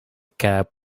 cab